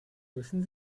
müssen